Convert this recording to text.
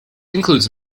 includes